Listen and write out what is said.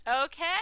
Okay